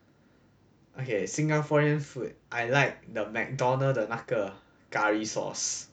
okay singaporean food I like the macdonald the 那个 curry sauce